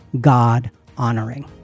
God-honoring